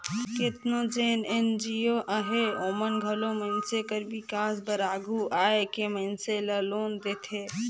केतनो जेन एन.जी.ओ अहें ओमन घलो मइनसे कर बिकास बर आघु आए के मइनसे ल लोन देथे